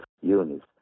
units